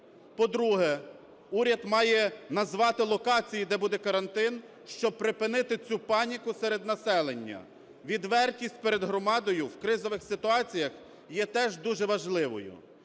По-друге, уряд має назвати локації, де буде карантин, щоб припинити цю паніку серед населення. Відвертість перед громадою в кризових ситуаціях є теж дуже важливою.